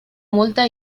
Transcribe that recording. multa